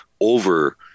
over-